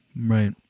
Right